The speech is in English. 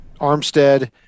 Armstead